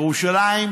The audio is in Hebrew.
ירושלים,